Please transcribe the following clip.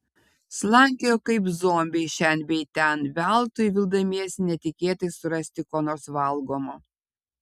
slankiojo kaip zombiai šen bei ten veltui vildamiesi netikėtai surasti ko nors valgomo